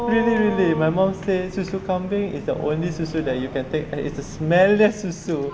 really really my mum says that susu kambing is the only susu that you can take and it's the smelliest susu